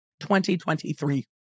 2023